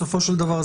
בסופו של דבר,